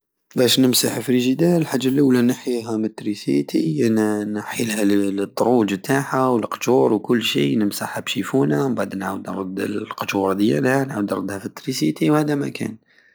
بش نمسح فريجيدار الحاجة اللولة نحيها مل التريسيتي الن- النحيلها الدروج تاعها ولقجور وكل شي ونمسحها بشيفونة ومبعد وعاود نرد لقجور ديالها ونعاود نرد لتريسيتي وهداماكان